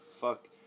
Fuck